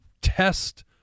Test